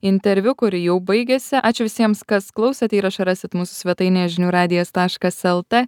interviu kuri jau baigėsi ačiū visiems kas klausėt įrašą rasit mūsų svetainėje žinių radijas taškas lt